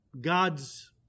God's